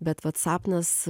bet vat sapnas